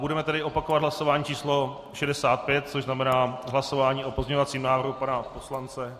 Budeme tedy opakovat hlasování č. 65, což znamená hlasování o pozměňovacím návrhu pana poslance...